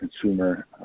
consumer